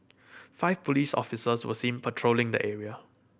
five police officers were seen patrolling the area